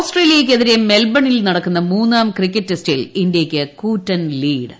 ഓസ്ട്രേലിയയ്ക്കെതിരെ മെൽബണിൽ നടക്കുന്ന മൂന്നാം ക്രിക്കറ്റ് ടെസ്റ്റിൽ ഇന്ത്യയ്ക്ക് കൂറ്റൻ ലീഡ്